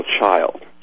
child